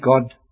God